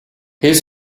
his